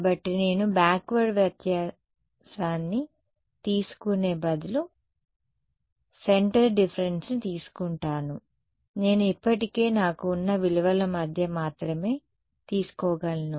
కాబట్టి నేను బ్యాక్వర్డ్ వ్యత్యాసాన్ని తీసుకునే బదులు కేంద్ర వ్యత్యాసాన్ని తీసుకుంటాను నేను ఇప్పటికే నాకు ఉన్న విలువల మధ్య మాత్రమే తీసుకోగలను